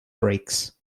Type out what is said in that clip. brakes